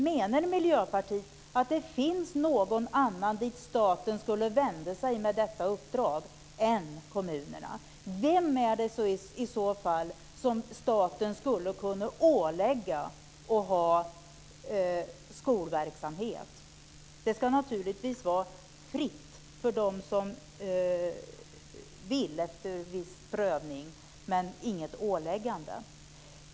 Menar Miljöpartiet att det finns någon annan än kommunerna som staten skulle kunna vända sig till med detta uppdrag? Vem är det i så fall som staten skulle kunna ålägga att ha skolverksamhet? Det ska naturligtvis vara fritt för dem som vill, efter viss prövning, men inget åläggande.